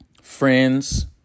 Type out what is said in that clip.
friends